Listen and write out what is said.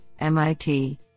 MIT